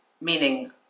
meaning